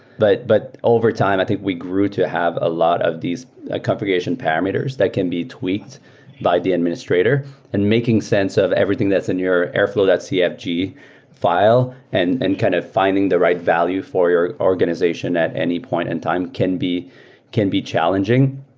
but but over time, i think we grew to have a lot of these configuration parameters that can be tweaked by the administrator and making sense of everything that's in your airflow, that cfg file, and any and kind of finding the right value for your organization at any point in time can be can be challenging.